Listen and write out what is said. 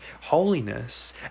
holiness